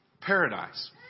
paradise